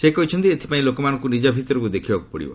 ସେ କହିଛନ୍ତି ଏଥିପାଇଁ ଲୋକମାନଙ୍କୁ ନିକ ଭିତରକୁ ଦେଖିବାକୁ ପଡ଼ିବ